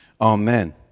Amen